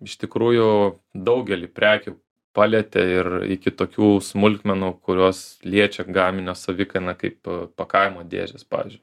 iš tikrųjų daugelį prekių palietė ir iki tokių smulkmenų kurios liečia gaminio savikainą kaip pakavimo dėžės pavyzdžiui